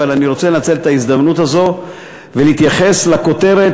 אבל אני רוצה לנצל את ההזדמנות הזאת ולהתייחס לכותרת